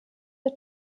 der